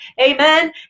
Amen